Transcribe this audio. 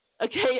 Okay